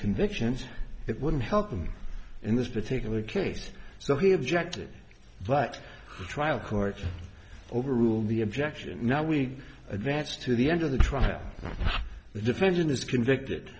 convictions it wouldn't help him in this particular case so he objected but the trial court overruled the objection now we advance to the end of the trial the defendant is convicted